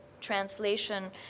translation